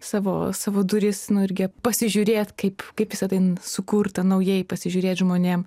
savo savo durys nu irgi pasižiūrėt kaip kaip visa tai sukurta naujai pasižiūrėt žmonėm